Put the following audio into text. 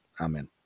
Amen